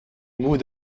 moue